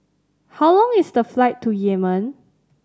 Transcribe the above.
how long is the flight to Yemen